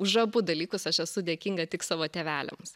už abu dalykus aš esu dėkinga tik savo tėveliams